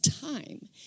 time